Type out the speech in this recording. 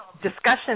Discussion